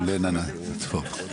לנה נטפוב.